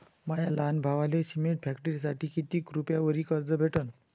माया लहान भावाले सिमेंट फॅक्टरीसाठी कितीक रुपयावरी कर्ज भेटनं?